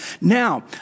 Now